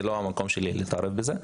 זה כבר לא המקום שלי להתערב בזה.